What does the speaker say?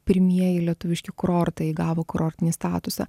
pirmieji lietuviški kurortai įgavo kurortinį statusą